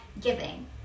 giving